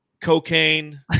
cocaine